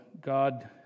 God